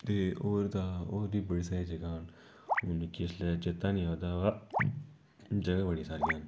ते होर तां होर बी बड़ी सारी जगह् न मिकी इसलै चेता नी अवा दा बा जगह् बड़ियां सारियां न